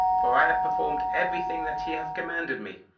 for i have performed every thing that he hath commanded me.